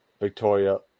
Victoria